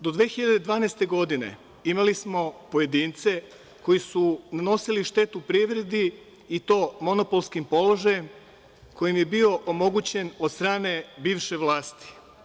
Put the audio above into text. Do 2012. godine imali smo pojedince koji su nanosili štetu privredi i to monopolskim položajem koji im je bio omogućen od strane bivše vlasti.